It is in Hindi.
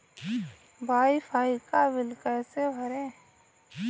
वाई फाई का बिल कैसे भरें?